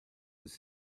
was